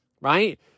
right